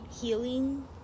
healing